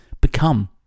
become